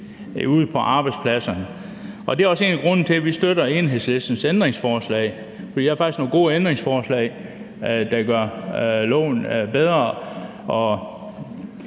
ude på arbejdspladserne. Det er også en af grundene til, at vi støtter Enhedslistens ændringsforslag, for det er faktisk nogle gode ændringsforslag, der gør loven bedre.